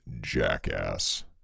jackass